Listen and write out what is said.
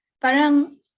parang